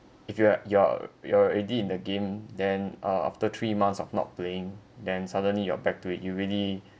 if you are you're you're already in the game then uh after three months of not playing then suddenly you're back to it you really